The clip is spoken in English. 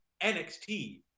NXT